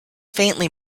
faintly